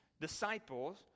disciples